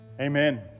Amen